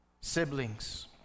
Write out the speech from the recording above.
siblings